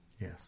Yes